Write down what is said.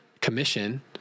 commission